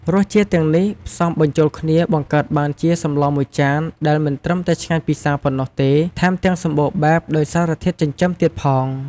រសជាតិទាំងនេះផ្សំបញ្ចូលគ្នាបង្កើតបានជាសម្លមួយចានដែលមិនត្រឹមតែឆ្ងាញ់ពិសាប៉ុណ្ណោះទេ ថែមទាំងសម្បូរបែបដោយសារធាតុចិញ្ចឹមទៀតផង។